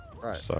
Right